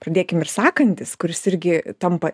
pradėkim ir sąkandis kuris irgi tampa